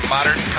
Modern